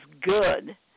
good